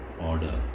order